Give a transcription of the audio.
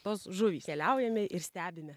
tos žuvys keliaujame ir stebime